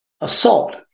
assault